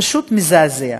פשוט מזעזע.